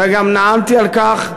וגם נאמתי על כך,